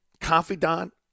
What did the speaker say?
confidant